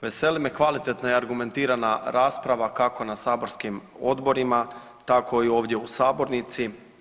Veseli me kvalitetna i argumentirana rasprava kako na saborskim odborima tako i ovdje u sabornici.